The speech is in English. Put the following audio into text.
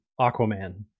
Aquaman